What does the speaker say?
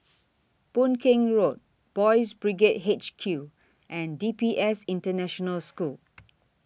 Boon Keng Road Boys' Brigade H Q and D P S International School